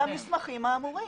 המסמכים האמורים.